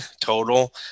total